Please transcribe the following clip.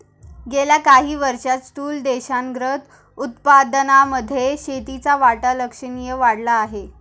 गेल्या काही वर्षांत स्थूल देशांतर्गत उत्पादनामध्ये शेतीचा वाटा लक्षणीय वाढला आहे